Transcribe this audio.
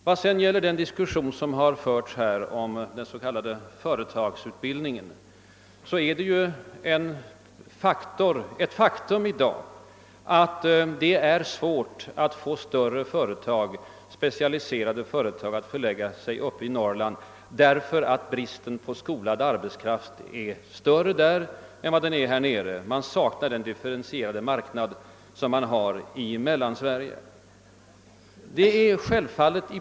Vad därefter gäller diskussionen om företagsutbildningen är det ett faktum i dag att det är svårt att få större, specialiserade företag att förläggas till Norrland därför att bristen på skolad arbetskraft är större där än i Mellansverige. Man saknar där uppe den differentierade arbetsmarknad som finns härnere.